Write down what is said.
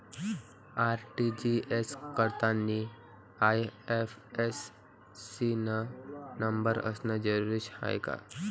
RTGS करतांनी IFSC न number असनं जरुरीच हाय का?